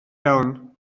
iawn